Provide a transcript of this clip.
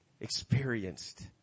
experienced